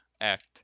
act